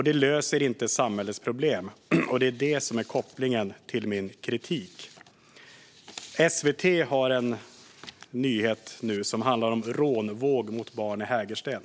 Det löser inte samhällets problem, och det är det som är kopplingen till min kritik. SVT har en nyhet nu som handlar om en rånvåg mot barn i Hägersten.